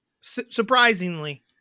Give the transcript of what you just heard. Surprisingly